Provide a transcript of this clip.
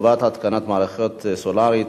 (חובת התקנת מערכת סולרית),